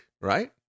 right